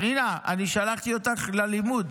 פנינה, אני שלחתי אותך ללימוד.